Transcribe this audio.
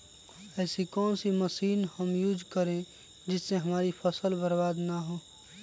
ऐसी कौन सी मशीन हम यूज करें जिससे हमारी फसल बर्बाद ना हो?